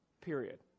period